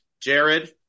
Jared